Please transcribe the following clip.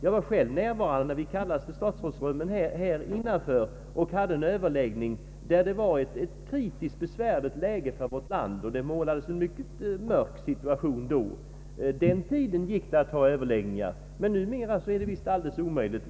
Jag var själv närvarande när vi kallades till statsrådsrummen här och hade en överläggning när det var ett kritiskt och besvärlig läge för vårt land, och det målades en mycket mörk situation då. På den tiden gick det att ha överläggningar. Men numera är det visst alldeles omöjligt.